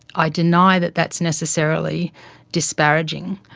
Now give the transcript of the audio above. i deny that that's necessarily disparaging.